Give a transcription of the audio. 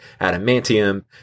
adamantium